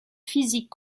physiques